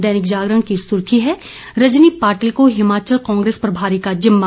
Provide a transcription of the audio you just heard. दैनिक जागरण की सुर्खी है रजनी पाटिल को हिमाचल कांग्रेस प्रभारी का जिम्मा